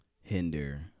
hinder